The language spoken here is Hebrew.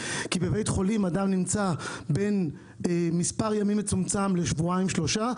כי בבית חולים אדם נמצא בין מספר ימים מצומצם לשבועיים-שלושה,